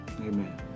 amen